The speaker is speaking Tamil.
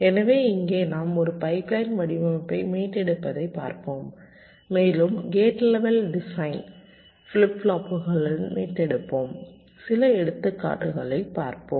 எனவே இங்கே நாம் ஒரு பைப்லைன் வடிவமைப்பை மீட்டெடுப்பதைப் பார்ப்போம் மேலும் கேட் லெவல் டிசைனை ஃபிளிப் ஃப்ளாப்புகளுடன் மீட்டெடுப்போம் சில எடுத்துக்காட்டுகளைப் பார்ப்போம்